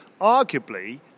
Arguably